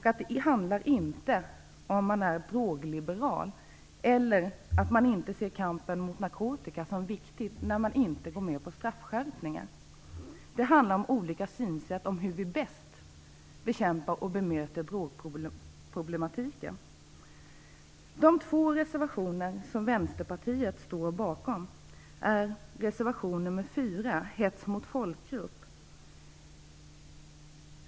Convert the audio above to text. Det handlar inte om att man är drogliberal eller att man inte betraktar kampen mot narkotika som viktig bara för att man inte vill gå med på en straffskärpning. Det handlar om olika synsätt på hur vi bäst bekämpar och bemöter drogproblematiken. Den ena av de två reservationer som Västerpartiet står bakom är reservation nr 4 om hets mot folkgrupp.